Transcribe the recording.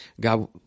God –